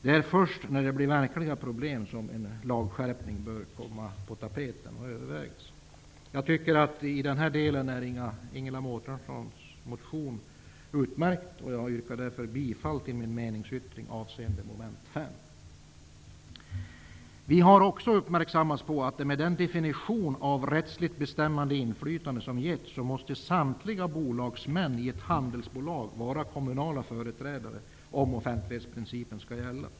Det är först när verkliga problem uppstår som man bör överväga en lagskärpning. I denna del tycker jag att Ingela Vi har också blivit uppmärksammade på att med den definition som har getts av rättsligt bestämmande inflytande måste samtliga bolagsmän i ett handelsbolag vara kommunala företrädare, om offentlighetsprincipen skall gälla.